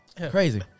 Crazy